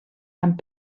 amb